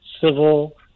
civil